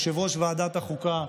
יושב-ראש ועדת החוקה,